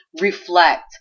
reflect